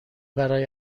برای